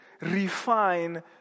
Refine